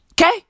Okay